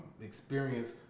experience